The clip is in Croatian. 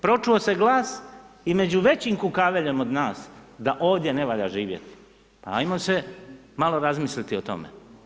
Pročuo se glas i među većim kukaveljem od nas da ovdje ne valja živjeti, ajmo se malo razmisliti o tome.